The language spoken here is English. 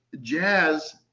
jazz